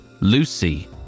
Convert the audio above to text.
Lucy